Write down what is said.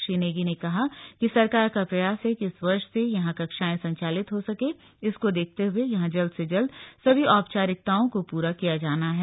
श्री नेगी ने कहा कि सरकार का प्रयास है कि इस वर्ष से यहां कक्षाएं संचालित हो सके इसको देखते हुए यहां जल्द से जल्द सभी औपचारिकताओं को पूरा किया जाना है